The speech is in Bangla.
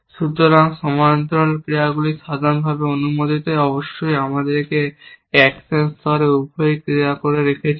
সুতরাং সমান্তরাল ক্রিয়াগুলি সাধারণভাবে অনুমোদিত অবশ্যই আমরা আমাদের অ্যাকশন স্তরে উভয়ই ক্রিয়া রেখেছি